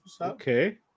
Okay